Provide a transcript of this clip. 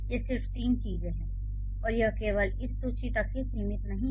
ये सिर्फ तीन चीजें हैं और यह केवल इस सूची तक ही सीमित नहीं है